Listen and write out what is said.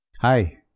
Hi